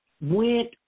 went